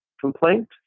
complaint